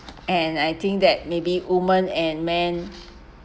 and I think that maybe women and men